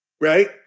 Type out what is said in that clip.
Right